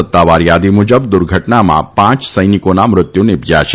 સત્તાવાર યાદી મુજબ આ દુર્ધટનામાં પાંચ સૈનિકોના મૃત્યુ નિપજયા છે